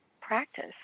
practice